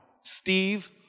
Steve